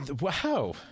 wow